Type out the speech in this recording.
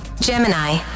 Gemini